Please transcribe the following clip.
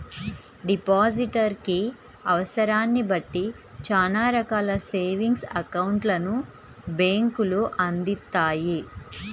depositor కి అవసరాన్ని బట్టి చానా రకాల సేవింగ్స్ అకౌంట్లను బ్యేంకులు అందిత్తాయి